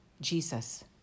Jesus